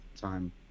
time